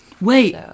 Wait